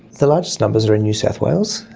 the largest numbers are in new south wales.